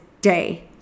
day